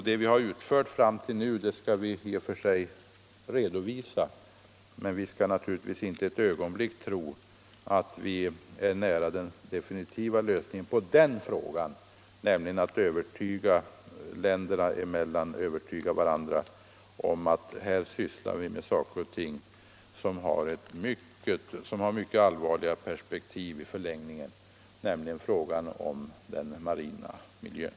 Det vi utfört fram till nu skall vi i och för sig redovisa, men vi skall naturligtvis inte ett ögonblick tro att vi är nära den definitiva lösningen när det gäller att länderna emellan övertyga varandra om att här sysslar vi med saker och ting som har mycket allvarliga perspektiv i förlängningen, nämligen i fråga om den marina miljön.